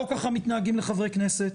לא ככה מתנהגים לחברי כנסת,